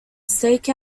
stake